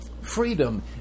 Freedom